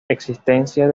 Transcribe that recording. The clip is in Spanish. existencia